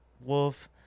Wolf